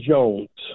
Jones